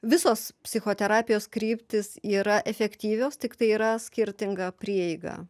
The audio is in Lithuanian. visos psichoterapijos kryptys yra efektyvios tik tai yra skirtinga prieiga